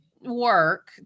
work